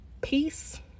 peace